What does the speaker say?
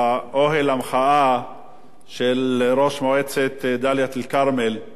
של ראש מועצת דאלית-אל-כרמל שמול משרד ראש הממשלה.